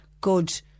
good